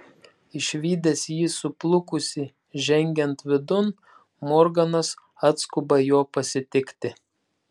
išvydęs jį suplukusį žengiant vidun morganas atskuba jo pasitikti